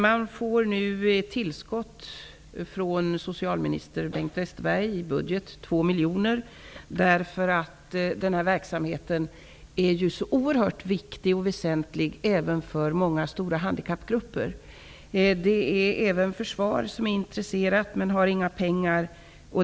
Man får nu ett tillskott på 2 miljoner kronor i budgeten från socialminister Bengt Westerberg, eftersom denna verksamhet är så oerhört väsentlig även för många stora handikappgrupper. Även försvaret är intresserat men har inga pengar.